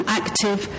active